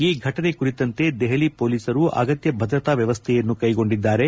ಈ ಘಟನೆ ಕುರಿತಂತೆ ದೆಹಲಿ ಪೊಲೀಸರು ಅಗತ್ನ ಭದ್ರತಾ ವ್ಯವಸ್ಥೆಯನ್ನು ಕೈಗೊಂಡಿದ್ದಾರೆ